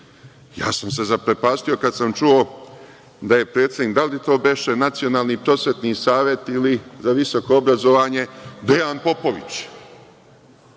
sam se kada sam čuo da je predsednik, da li to beše Nacionalni prosvetni savet ili za visoko obrazovanje, Dejan Popović.